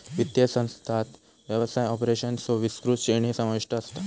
वित्तीय संस्थांत व्यवसाय ऑपरेशन्सचो विस्तृत श्रेणी समाविष्ट असता